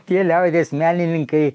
tie liaudies menininkai